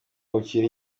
bukiri